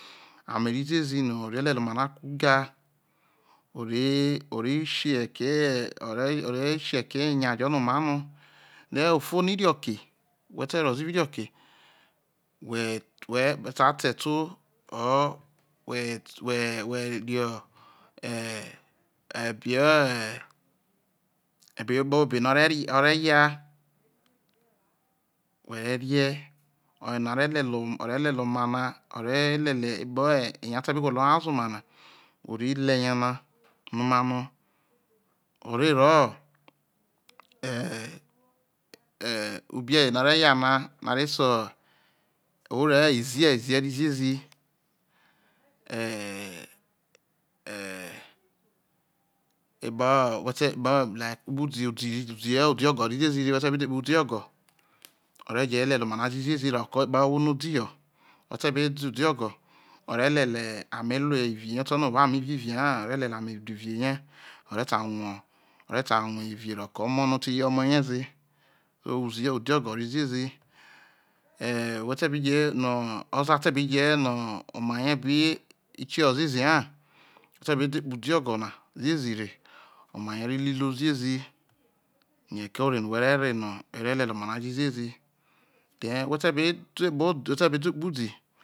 Ame rroziezi yi ere lelel oma na kru ga o̠re̠ o̠ re sio eghe̠re̠ ke̠ o̠ re̠ sio̠ eghe̠re̠ke̠ eyao jo̠ ni oma no then ufo no̠ inoke whe te nowo ze evao inoke whe̠ te̠ whe sai ta eto or whe̠te̠ whe̠ te̠ whe whe yo̠ eh e̠be̠ o eh epao obe no̠ o̠ reya whe̠ re̠ ne̠ oyena re̠ letel oma na o re lelel epao eyao te be gwolo nyaoe oma na ore le eyeiona omamo o̠ re̠ rro̠ eh ee eh ubie̠we̠ no̠ o̠ reya na no arese oroho izie izie o rejo ziezi e e e e epao whete epao like epao udi udi ogo rro ziezi re whe te be da epao udi ogo ore je̠ jo̠ oma na jo ziezi roke epaohwo no̠ odiho ote be da udi ogo ore lele ame ruo luie ne oteronoo wo ame evao ivie ha o̠re̠ lelel ame ruo iue rie o̠re̠ ta rue o̠re̠ ya rue ivie ro ke̠ o̠mo̠ no̠ oti ye̠ o̠mo̠ ne̠ ze so udi ogo roo ziezi e whetebije no̠ oza te bi je no oma rie bikieho̠ ziezi ho o̠te̠ be da epaoudi ogo na ziezi re oma rie re ru iruo ziezi. yo eke ore noiwhe re̠ re no e̠ re̠ lelel oma na jo ziezi then whe̠ te̠ be da ukpoudi